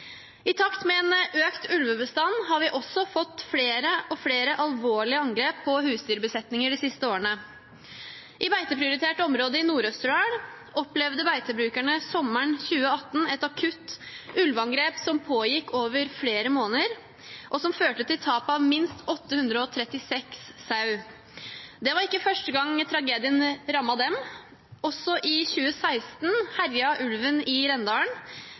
I takt med en økt ulvebestand har vi også fått flere og flere alvorlige angrep på husdyrbesetninger de siste årene. I beiteprioriterte områder i Nord-Østerdal opplevde beitebrukerne sommeren 2018 et akutt ulveangrep som pågikk over flere måneder, og som førte til tap av minst 836 sauer. Det var ikke første gang tragedien rammet dem, også i 2016 herjet ulven i Rendalen,